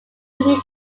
unique